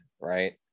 right